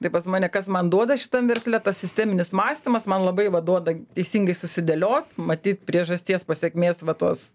tai pas mane kas man duoda šitam versle tas sisteminis mąstymas man labai va duoda teisingai susidėliot matyt priežasties pasekmės va tos